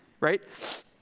right